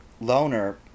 loner